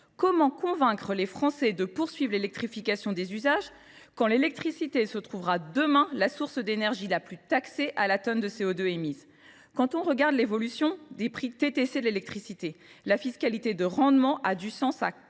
Comment convaincre les Français de poursuivre l’électrification des usages quand l’électricité se trouvera demain la source d’énergie la plus taxée à la tonne de CO2 émise ? Au vu de l’évolution des prix toutes charges comprises de l’électricité, la fiscalité de rendement a du sens à